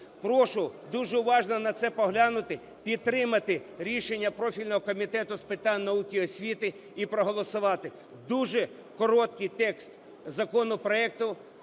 Прошу дуже уважно на це поглянути, підтримати рішення профільного Комітету з питань науки і освіти і проголосувати. Дуже короткий текст законопроекту,